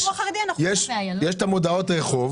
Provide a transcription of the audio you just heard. לציבור החרדי --- יש מודעות רחוב